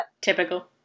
Typical